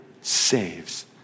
saves